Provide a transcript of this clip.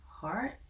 heart